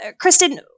Kristen